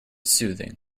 soothing